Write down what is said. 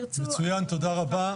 מצוין, תודה רבה.